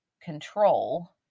control